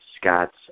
Scott's